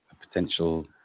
potential